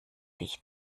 dich